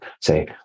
say